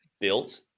built